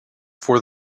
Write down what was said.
for